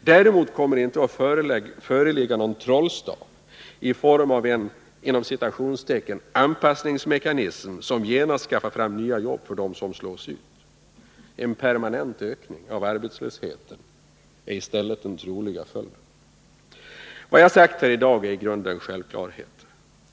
Däremot kommer det inte att föreligga någon trollstav i form av en ”anpassningsmekanism”, som genast skaffar fram nya jobb för dem som slås ut. En permanent ökning av arbetslösheten är i stället den troliga följden. Vad jag sagt här i dag är i grunden självklarheter.